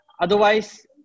Otherwise